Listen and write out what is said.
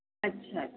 ਅੱਛਾ ਜੀ